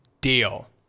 Deal